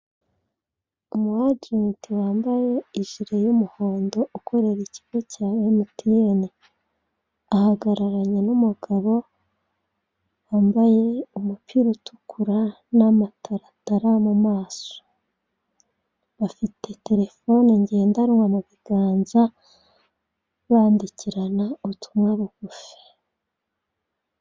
Umu agenti wambaye ijiri y'umuhondo, ukorera ikigo cya emutiyeni. Ahagararanye n'umugabo wambaye umupira utukura n'amataratara mu maso. Afite telefoni ngendanwa mu biganza, bandikirana ubutumwa bugufi.